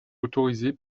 autorisé